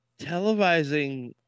televising